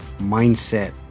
Mindset